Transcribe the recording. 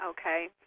Okay